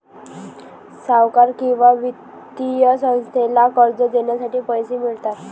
सावकार किंवा वित्तीय संस्थेला कर्ज देण्यासाठी पैसे मिळतात